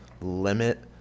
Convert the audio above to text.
limit